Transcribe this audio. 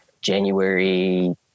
January